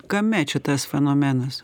kame čia tas fenomenas